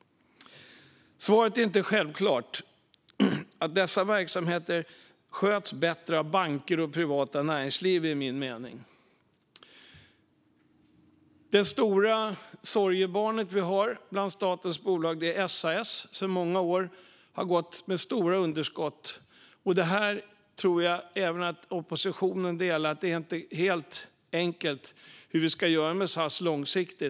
Svaret är inte självklart. Min mening är att dessa verksamheter sköts bättre av banker och det privata näringslivet. Det stora sorgebarnet vi har bland statens bolag är SAS. Det har sedan många år gått med stora underskott. Jag tror att även oppositionen delar bedömningen att det inte är helt enkelt hur vi ska göra med SAS långsiktigt.